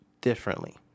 differently